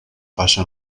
passa